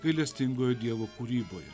gailestingojo dievo kūryboje